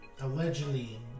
allegedly